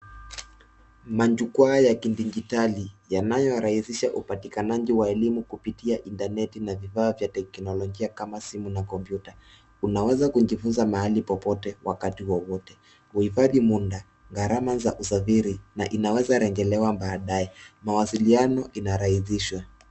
Majukwaa ya kidijitali yanayorahisisha upatikanaji wa elimu kupitia intaneti na vifaa vya teknolojia kama simu na kompyuta unaweza kujifunza mahali popote wakati wowote. Uhifadhi muda, gharama za usafiri na inaweza rejelewa baadaye mawasiliano inarahishishwa.